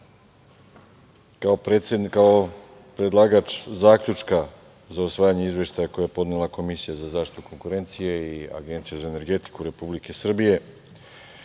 kao predlagač zaključka za usvajanje izveštaja koji je podnela Komisija za zaštitu konkurencije i Agencija za energetiku Republike Srbije.